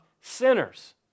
sinners